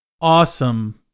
awesome